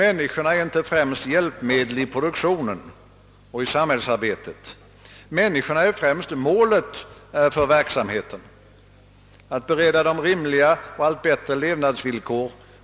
Han skulile inte inse att man rimligtvis kan säga: Det är möjligt att riktlinjerna behöver reformeras och revideras nästa år.